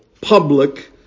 public